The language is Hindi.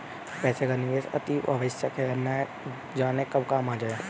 पैसे का निवेश अतिआवश्यक है, न जाने कब काम आ जाए